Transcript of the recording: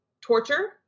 torture